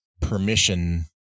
permission